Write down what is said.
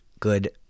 good